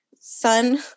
sun